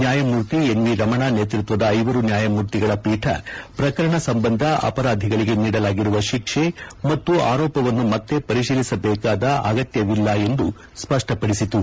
ನ್ಯಾಯಮೂರ್ತಿ ಎನ್ವಿ ರಮಣ ನೇತೃತ್ವದ ಐವರು ನ್ಯಾಯಮೂರ್ತಿಗಳ ಪೀಠ ಪ್ರಕರಣ ಸಂಬಂಧ ಅಪರಾಧಿಗಳಿಗೆ ನೀಡಲಾಗಿರುವ ಶಿಕ್ಷೆ ಮತ್ತು ಆರೋಪವನ್ನು ಮತ್ತೆ ಪರಿಶೀಸಿಲಿಸಬೇಕಾದ ಅಗತ್ಯವಿಲ್ಲ ಎಂದು ಸ್ಪಷ್ಟಪದಿಸಿತು